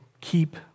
keep